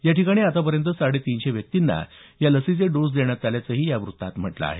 या ठिकाणी आतापर्यंत साडे तीनशे व्यक्तींना या लसीचे डोस देण्यात आल्याचंही या व्रत्तात म्हटलं आहे